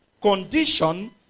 condition